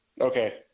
Okay